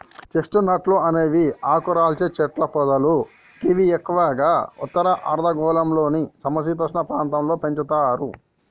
chest నట్లు అనేవి ఆకురాల్చే చెట్లు పొదలు గివి ఎక్కువగా ఉత్తర అర్ధగోళంలోని సమ శీతోష్ణ ప్రాంతాల్లో పెంచుతరు